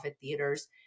theaters